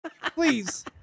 Please